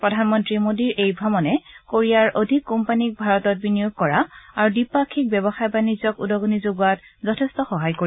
প্ৰধানমন্ত্ৰী মোদীৰ এই ভ্ৰমণে কোৰিয়াৰ অধিক কোম্পানীক ভাৰতত বিনিয়োগ কৰা আৰু দ্বিপাক্ষিক ব্যৱসায় বাণিজ্যক উদগণি যোগোৱাত যথেষ্ট সহায় কৰিব